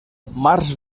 març